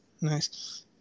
Nice